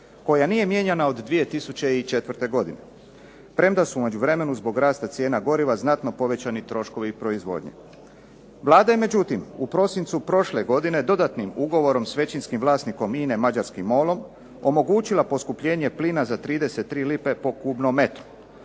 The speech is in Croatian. koja nije mijenjana od 2004. godine, premda su u međuvremenu zbog rasta cijena goriva znatno povećani troškovi proizvodnje. Vlada je međutim u prosincu prošle godine dodatnim ugovorom s većinskim vlasnikom INA-e, mađarskim MOL-om, omogućila poskupljenje plina za 33 lipe po kubnom metru.